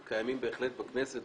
הם קיימים בהחלט בכנסת,